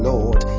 Lord